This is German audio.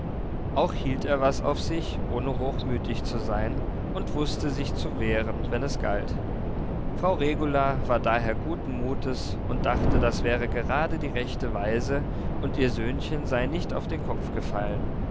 auch hielt er was auf sich ohne hochmütig zu sein und wußte s ich zu wehren wenn es galt frau regula war daher guten mutes und dachte das wäre gerade die rechte weise und ihr söhnchen sei nicht auf den kopf gefallen